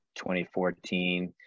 2014